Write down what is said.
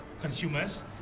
consumers